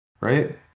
right